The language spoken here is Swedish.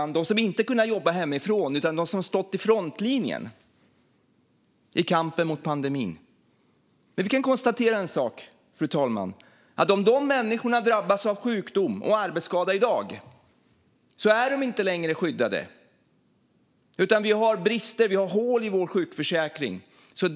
Det är de som inte har kunnat jobba hemifrån utan stått i frontlinjen i kampen mot pandemin. Om dessa människor drabbas av sjukdom och arbetsskada i dag är de inte längre skyddade. Vi har brister och hål i sjukförsäkringen.